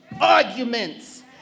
arguments